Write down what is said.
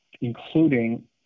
including